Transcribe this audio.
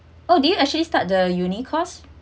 oh did you actually start the uni course